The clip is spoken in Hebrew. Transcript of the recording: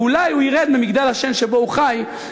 ואולי הוא ירד ממגדל השן שבו הוא חי,